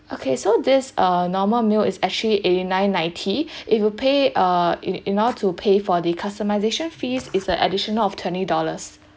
okay so this uh normal meal is actually eighty-nine ninety if you pay err in in order to pay for the customisation fees is the additional of twenty dollars